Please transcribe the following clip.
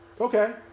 Okay